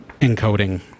encoding